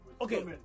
Okay